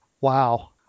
wow